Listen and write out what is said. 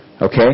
Okay